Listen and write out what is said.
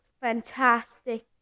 fantastic